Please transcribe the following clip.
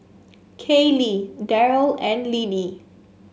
Kayleigh Deryl and Linnie